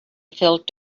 filled